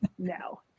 no